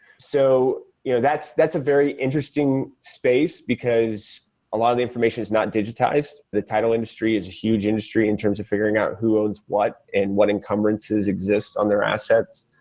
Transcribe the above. so you know that's that's a very interesting space because a lot of information is not digitized. the title industry is huge industry in terms of figuring out who owns what and what encumbrances exist on their assets.